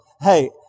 hey